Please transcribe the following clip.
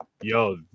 Yo